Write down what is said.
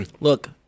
Look